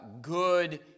good